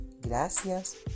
Gracias